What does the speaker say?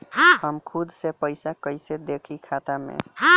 हम खुद से पइसा कईसे देखी खाता में?